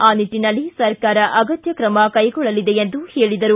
ಆ ನಿಟ್ವಿನಲ್ಲಿ ಸರ್ಕಾರ ಅಗತ್ಯ ಕ್ರಮ ಕೈಗೊಳ್ಳಲಿದೆ ಎಂದು ಭರವಸೆ ನೀಡಿದರು